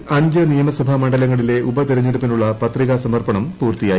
കേരളത്തിൽ അഞ്ച് നിയമസഭാ മണ്ഡലങ്ങളിലെ ഉപതിരഞ്ഞെടുപ്പിനുള്ള പത്രികാ സമർപ്പണം പൂർത്തിയായി